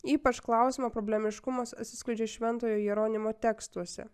ypač klausimo problemiškumas atsiskleidžia šventojo jeronimo tekstuose